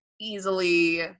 easily